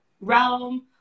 realm